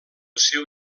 seu